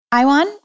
Iwan